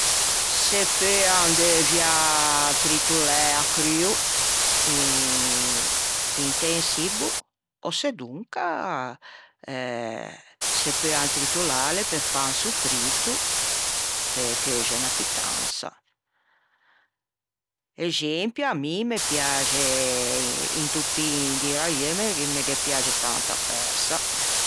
Se peuan deuviâ tritollæ à cruo eh inte un çibbo ò sedonca se peuan tritollâle pe fâ un soffrito pe cheuxe unna pittansa. Exempio mi me piaxe into pin di raieu me ghe piaxe tanto a persa.